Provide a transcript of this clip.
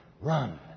run